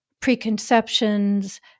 preconceptions